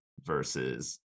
versus